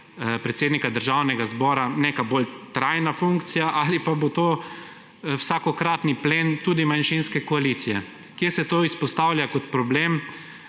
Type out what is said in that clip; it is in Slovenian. predsednika Državnega zbora neka bolj trajna funkcija ali pa bo to vsakokratni plen tudi manjšinske koalicije. Kje se to izpostavlja to kot problem,